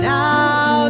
now